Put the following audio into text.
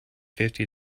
fifty